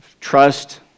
trust